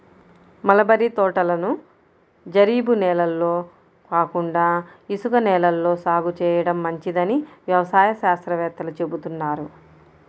mulberry తోటలను జరీబు నేలల్లో కాకుండా ఇసుక నేలల్లో సాగు చేయడం మంచిదని వ్యవసాయ శాస్త్రవేత్తలు చెబుతున్నారు